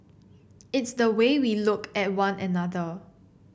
it's the way we look at one another